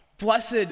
Blessed